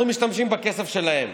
אנחנו משתמשים בכסף שלהם.